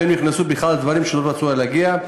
והם נכנסו לדברים שהם לא רצו בכלל להגיע אליהם,